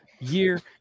year